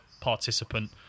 participant